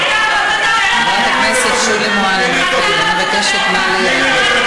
חברת הכנסת שולי מועלם, אני מבקשת להירגע.